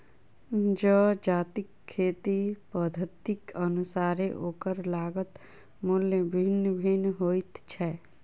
जजातिक खेती पद्धतिक अनुसारेँ ओकर लागत मूल्य भिन्न भिन्न होइत छै